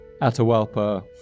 Atahualpa